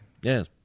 yes